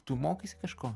tu mokaisi kažko